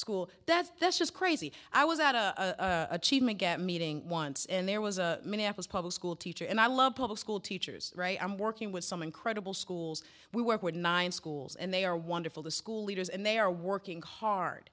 school that's that's just crazy i was at a meeting once and there was a minneapolis public school teacher and i love public school teachers right i'm working with some incredible schools we work with nine schools and they are wonderful the school leaders and they are working